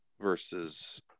versus